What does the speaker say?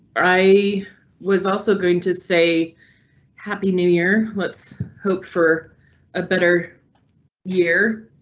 i was also going to say happy new year. let's hope for a better year.